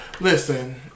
Listen